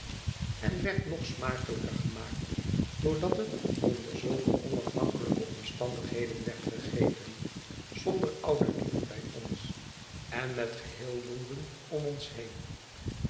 en werd nog smakelijker gemaakt doordat hetonderzulke onafhankelijke omstandigheden werd gegeten zonder oude lieden bij ons en met geheei louden om ons heen